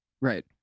Right